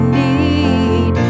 need